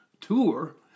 tour